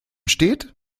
steht